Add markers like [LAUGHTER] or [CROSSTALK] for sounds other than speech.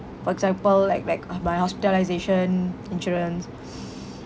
for example like like uh my hospitalisation insurance [BREATH]